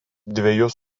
dvejus